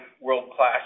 world-class